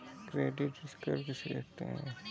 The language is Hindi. क्रेडिट स्कोर किसे कहते हैं?